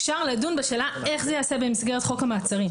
אפשר לדון בשאלה איך זה ייעשה במסגרת חוק המעצרים.